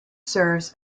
serves